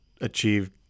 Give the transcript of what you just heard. achieved